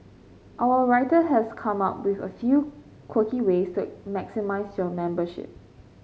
our writer has come up with a few quirky ways to it maximise your membership